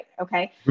Okay